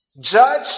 Judge